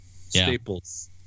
Staples